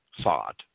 thought